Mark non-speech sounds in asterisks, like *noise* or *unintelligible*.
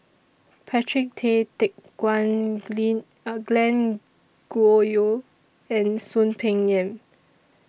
Patrick Tay Teck Guan *unintelligible* A Glen Goei and Soon Peng Yam